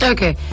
Okay